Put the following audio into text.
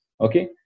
Okay